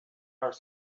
are